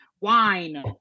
Wine